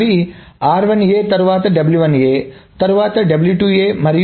అవి తరువాత తరువాత తరువాత